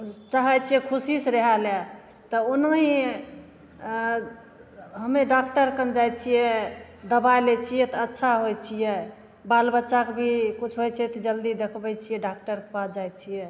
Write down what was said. चाहै छिए खुशीसे रहैले तऽ ओनाहिए हमे डॉकटरकन जाइ छिए दवाइ लै छिए तऽ अच्छा होइ छिए बाल बच्चाके भी किछु होइ छै तऽ जल्दी देखबै छिए डॉकटरके पास जाइ छिए